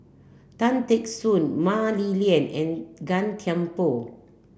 Tan Teck Soon Mah Li Lian and Gan Thiam Poh